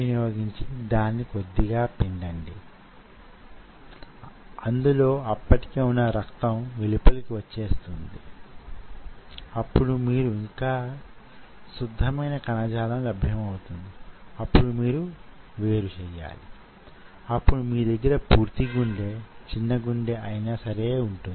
ఈ రోజు కండరం పుట్టించే శక్తిని అంచనా వేయటం గురించి చర్చించుకునే ప్రయత్నం చేద్దాం అది స్కెలిటల్ మజిల్ కావొచ్చు కార్డియాక్ మజిల్ కావొచ్చు స్మూత్ మజిల్ కావొచ్చు